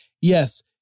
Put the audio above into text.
yes